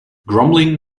grumbling